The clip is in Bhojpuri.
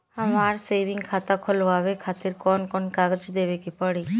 हमार सेविंग खाता खोलवावे खातिर कौन कौन कागज देवे के पड़ी?